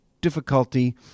difficulty